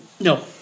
no